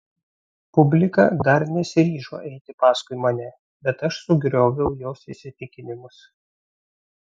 publika dar nesiryžo eiti paskui mane bet aš sugrioviau jos įsitikinimus